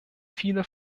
viele